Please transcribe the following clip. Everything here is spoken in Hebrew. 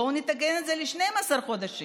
בואו נתקן את זה ל-12 חודשים.